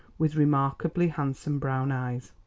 with remarkably handsome brown eyes.